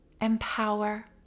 empower